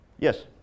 Yes